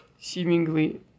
seemingly